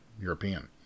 European